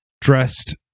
dressed